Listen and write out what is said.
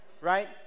right